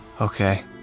Okay